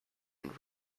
been